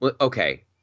Okay